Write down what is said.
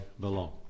belong